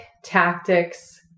tactics